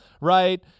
right